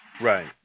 Right